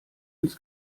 ins